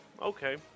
Okay